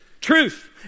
Truth